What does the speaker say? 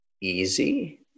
easy